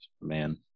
Man